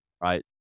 right